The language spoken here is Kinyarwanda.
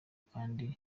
kandi